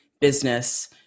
business